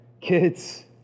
kids